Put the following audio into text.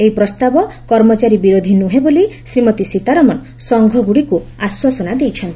ଏହି ପ୍ରସ୍ତାବ କର୍ମଚାରୀ ବିରୋଧୀ ନୁହେଁ ବୋଲି ଶ୍ରୀମତୀ ସୀତାରମଣ ସଂଘଗୁଡିକୁ ଆଶ୍ୱାସନା ଦେଇଛନ୍ତି